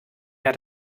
herr